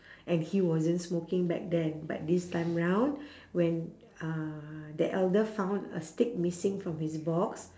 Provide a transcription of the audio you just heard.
and he wasn't smoking back then but this time round when uh the elder found a stick missing from his box